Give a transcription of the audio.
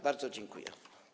Bardzo dziękuję.